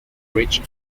rich